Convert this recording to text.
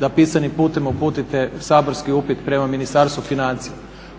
da pisanim putem uputite saborski upit prema Ministarstvu financija.